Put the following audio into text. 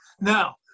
Now